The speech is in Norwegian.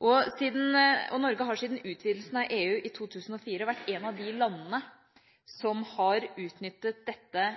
Norge har siden utvidelsen av EU i 2004 vært et av de landene som har utnyttet dette